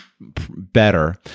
better